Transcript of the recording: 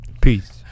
Peace